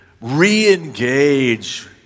re-engage